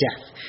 Death